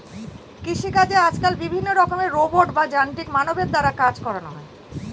কৃষিকাজে আজকাল বিভিন্ন রকমের রোবট বা যান্ত্রিক মানবের দ্বারা কাজ করানো হয়